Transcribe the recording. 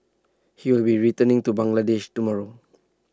he will be returning to Bangladesh tomorrow